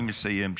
אני מסיים,